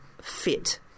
fit